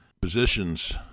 positions